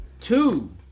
Two